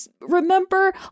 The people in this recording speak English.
remember